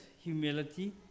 humility